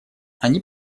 они